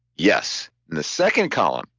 yes, and the second column,